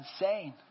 insane